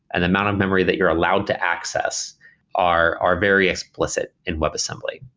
an amount of memory that you are allowed to access are are very explicit in webassembly.